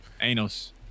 Anos